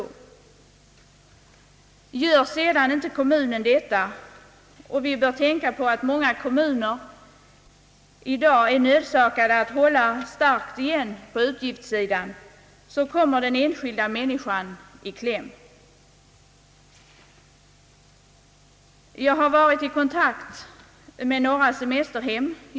Om kommunerna sedan inte gör det — och vi bör tänka på att många kommuner är nödsakade att hålla igen starkt på utgiftssidan — så kommer den enskilda människan i kläm. Jag har just i dagarna varit i kon takt med några semesterhem.